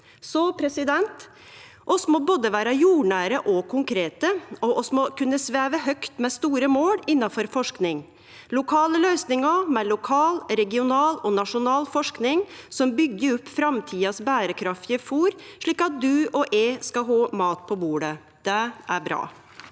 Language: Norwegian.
berekraftige. Vi må både vere jordnære og konkrete, og vi må kunne sveve høgt med store mål innanfor forskinga: lokale løysingar med lokal, regional og nasjonal forsking som byggjer opp framtidas berekraftige fôr, slik at du og eg skal ha mat på bordet. Det er bra.